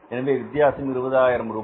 எனவே வித்தியாசம் ரூபாய்